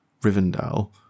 Rivendell